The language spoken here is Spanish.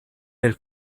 del